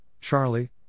Charlie